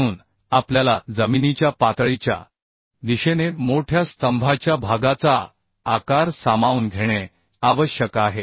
म्हणून आपल्याला जमिनीच्या पातळीच्या दिशेने मोठ्या स्तंभाच्या भागाचा आकार सामावून घेणे आवश्यक आहे